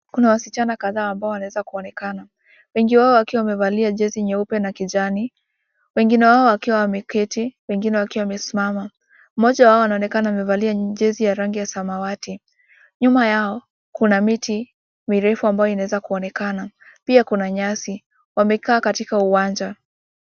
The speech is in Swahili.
Kuna wasichana kadhaa ambao wanaweza kuonekana wengi wao wakiwa wamevalia jezi nyeupe na kijani. Wengine wao wakiwa wameketi wengine wakiwa wamesimama. Mmoja wao anaonekana wamevalia jezi ya rangi ya samawati. Nyuma yao kuna miti mirefu ambayo inaweza kuonekana. Pia kuna nyasi. Wamekaa katika uwanja.